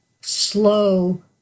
slow